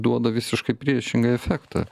duoda visiškai priešingą efektą